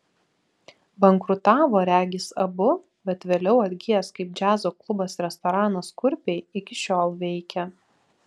bankrutavo regis abu bet vėliau atgijęs kaip džiazo klubas restoranas kurpiai iki šiol veikia